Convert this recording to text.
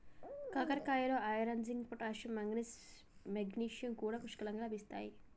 కాకరకాయలో iron, zinc, potassium, manganese, magnesium కూడా పుష్కలంగా లభిస్తాయి